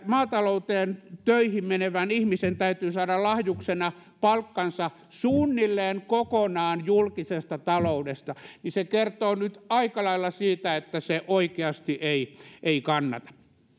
maatalouteen töihin menevän ihmisen täytyy saada lahjuksena palkkansa suunnilleen kokonaan julkisesta taloudesta niin se kertoo nyt aika lailla siitä että se oikeasti ei ei kannata